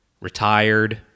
retired